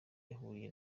yahuriye